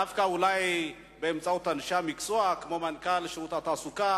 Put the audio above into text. דווקא אולי באמצעות אנשי מקצוע כמו מנכ"ל שירות התעסוקה,